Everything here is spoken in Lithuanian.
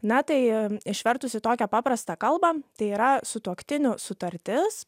na tai išvertus į tokią paprastą kalbą tai yra sutuoktinių sutartis